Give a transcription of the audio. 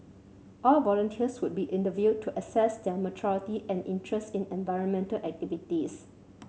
all volunteers would be interviewed to assess their maturity and interest in environmental activities